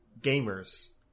gamers